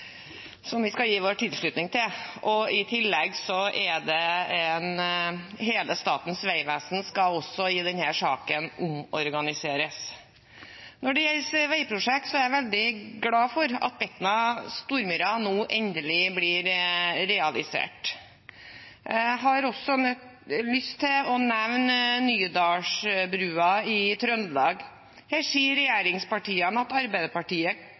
som vi skal gi vår tilslutning til. I denne saken skal i tillegg hele Statens vegvesen omorganiseres. Når det gjelder veiprosjekter, er jeg veldig glad for at Betna–Stormyra nå endelig blir realisert. Jeg har også lyst til å nevne Nydalsbrua i Trøndelag. Her sier regjeringspartiene: